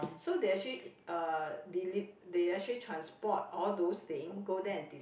so they actually uh deli~ they actually transport all those thing go there and dis~